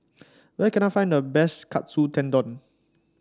where can I find the best Katsu Tendon